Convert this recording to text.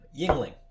yingling